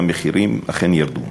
והמחירים אכן ירדו.